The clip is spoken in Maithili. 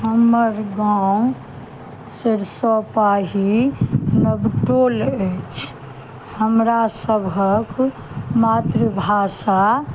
हमर गाँव सरिसोपाही नवटोल अछि हमरा सभक मातृभाषा